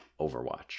Overwatch